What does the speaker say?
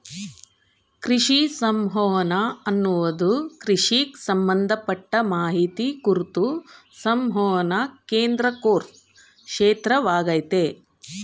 ಕೃಷಿ ಸಂವಹನ ಅನ್ನದು ಕೃಷಿಗ್ ಸಂಬಂಧಪಟ್ಟ ಮಾಹಿತಿ ಕುರ್ತು ಸಂವಹನನ ಕೇಂದ್ರೀಕರ್ಸೊ ಕ್ಷೇತ್ರವಾಗಯ್ತೆ